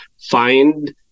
find